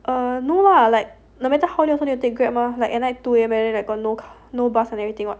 err no lah like no matter how late also need to take Grab mah like at night two A_M got no no bus and everything [what]